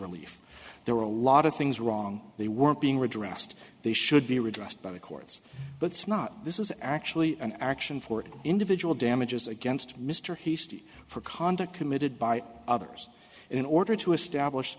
relief there were a lot of things wrong they weren't being ridge arrest they should be redressed by the courts but it's not this is actually an action for individual damages against mr he state for conduct committed by others in order to establish